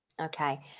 okay